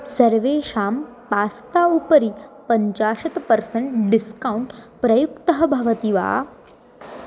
सर्वेषां पास्ता उपरि पञ्चाशत् पर्सेण्ट् डिस्कौण्ट् प्रयुक्तः भवति वा